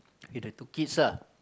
with the two kids lah